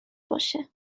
باشد